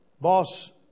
boss